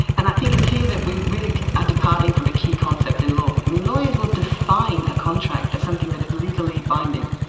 and i think it's here that we really are departing from a key concept in law. lawyers will define a contract as something that is legally binding,